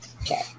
Okay